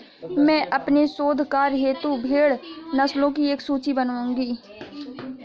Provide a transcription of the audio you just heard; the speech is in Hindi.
मैं अपने शोध कार्य हेतु भेड़ नस्लों की एक सूची बनाऊंगी